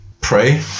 Pray